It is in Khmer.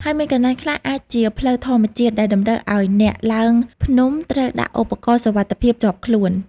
ហើយមានកន្លែងខ្លះអាចជាផ្លូវធម្មជាតិ ដែលតម្រូវឱ្យអ្នកឡើងភ្នំត្រូវដាក់ឧបករណ៍សុវត្ថិភាពជាប់ខ្លួន។